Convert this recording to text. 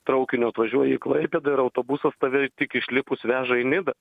traukiniu atvažiuoji į klaipėdą ir autobusas tave tik išlipus veža į nidą